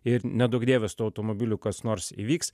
ir neduok dieve su automobiliu kas nors įvyks